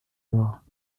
noires